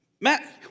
Matt